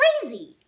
Crazy